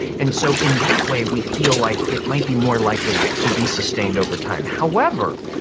and so in that way we feel like it might be more likely to be sustained over time. however,